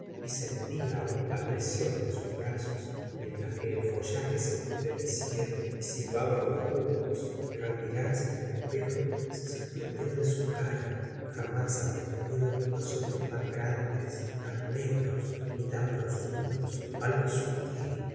y sentía aún la presión de sus brazos mientras que el follaje se estremecía y silbaban los juncos pero al mirarse en el espejo se sorprndió de su cara jamás había tenido los ojos tan grandes tan negros ni tan profundos algo sutil